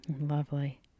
Lovely